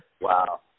Wow